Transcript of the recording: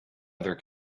other